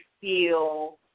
feel